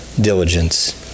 diligence